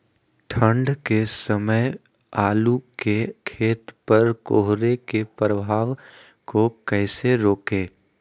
ठंढ के समय आलू के खेत पर कोहरे के प्रभाव को कैसे रोके?